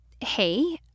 hey